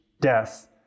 death